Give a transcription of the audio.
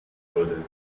wurde